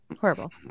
horrible